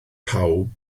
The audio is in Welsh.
pawb